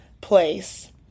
place